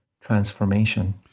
transformation